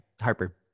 Harper